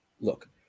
look